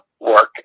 work